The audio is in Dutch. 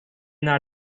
naar